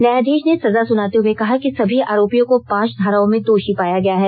न्यायाधीष ने सजा सुनाते हुए कहा कि सभी आरोपियों को पांच धाराओं में दोषी पाया गया है